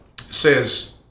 says